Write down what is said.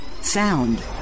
Sound